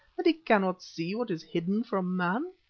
that he cannot see what is hidden from man?